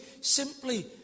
simply